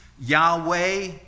Yahweh